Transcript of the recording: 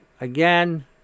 again